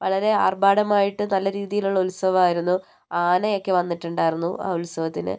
വളരെ ആർഭാടമായിട്ട് നല്ല രീതിയിലുള്ള ഉത്സവമായിരുന്നു ആനയൊക്കെ വന്നിട്ടുണ്ടായിരുന്നു ആ ഉത്സവത്തിന്